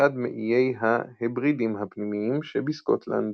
אחד מאיי ההברידים הפנימיים שבסקוטלנד.